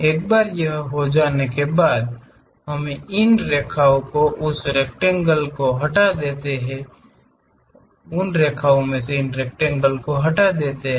एक बार यह हो जाने के बाद हम इन रेखाओ को उस रेकटेंगेल को हटा देते हैं